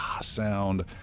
sound